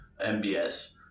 MBS